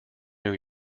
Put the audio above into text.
new